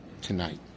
tonight